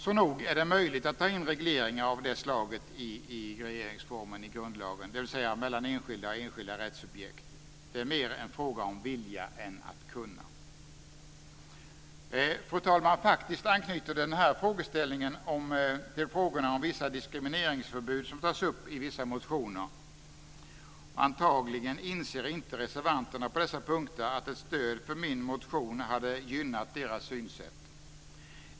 Så nog är det möjligt att ta in regleringar av det slaget i regeringsformen och grundlagen, dvs. mellan enskilda eller enskilda rättsobjekt. Det är mer en fråga om att vilja än att kunna. Fru talman! Denna frågeställning anknyter faktiskt till frågan om diskrimineringsförbud, som tas upp i vissa motioner. Antagligen inser inte reservanterna på dessa punkter att ett stöd för min motion hade gynnat deras synsätt.